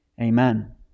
Amen